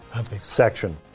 section